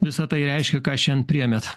visa tai reiškia ką šiandien priėmėt